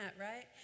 right